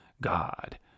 God